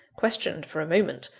questioned, for a moment,